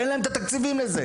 אין להן את התקציבים לכך.